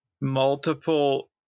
Multiple